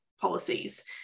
policies